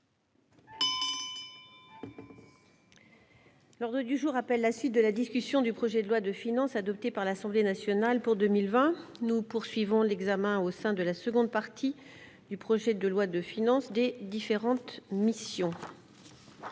L'ordre du jour appelle la suite de la discussion du projet de loi de finance adoptée par l'Assemblée nationale pour 2020 nous poursuivons l'examen au sein de la seconde partie du projet de loi de finances des différentes missions.